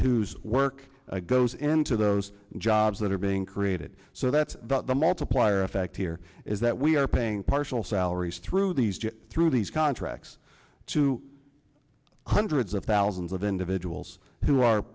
whose work goes into those jobs that are being created so that the multiplier effect here is that we are paying partial salaries through these through these contracts to hundreds of thousands of individuals who are